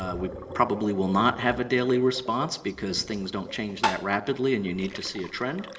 ah we probably will not have a daily response, because things don't change that rapidly, and you need to see a trend.